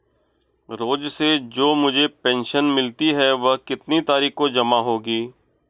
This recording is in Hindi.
रोज़ से जो मुझे पेंशन मिलती है वह कितनी तारीख को जमा होगी?